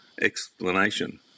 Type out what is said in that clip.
explanation